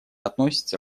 относится